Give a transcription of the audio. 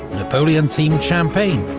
napoleon-themed champagne,